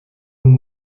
aún